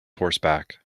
horseback